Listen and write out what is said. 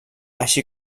així